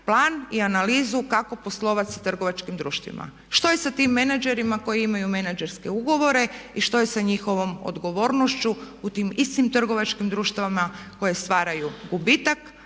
plan i analizu kako poslovati sa trgovačkim društvima. Što je sa tim menadžerima koji imaju menadžerske ugovore i što je sa njihovom odgovornošću u tim istim trgovačkim društvima koje stvaraju gubitak